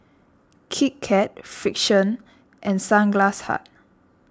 Kit Kat Frixion and Sunglass Hut